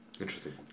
Interesting